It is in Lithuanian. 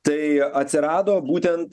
tai atsirado būtent